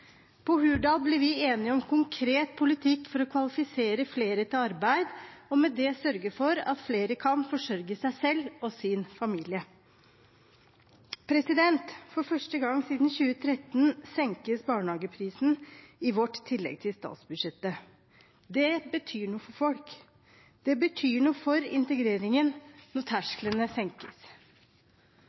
På Hurdal ble vi enige om konkret politikk for å kvalifisere flere til arbeid og med det sørge for at flere kan forsørge seg selv og sin familie. For første gang siden 2013 senkes barnehageprisen, i vårt tillegg til statsbudsjettet. Det betyr noe for folk. Det betyr noe for integreringen når tersklene senkes.